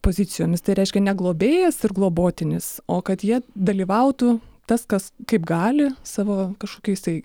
pozicijomis tai reiškia ne globėjas ir globotinis o kad jie dalyvautų tas kas kaip gali savo kažkokiais tai